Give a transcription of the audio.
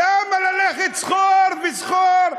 למה ללכת סחור וסחור?